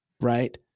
right